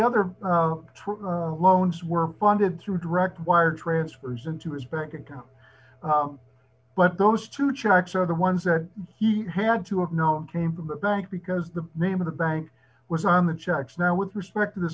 other loans were funded through direct wire transfers into his but account but those two charges are the ones that he had to have no came from the bank because the name of the bank was on the checks now with respect to th